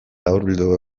laburbildu